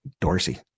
Dorsey